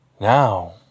Now